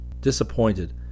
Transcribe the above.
Disappointed